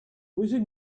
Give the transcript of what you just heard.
wizard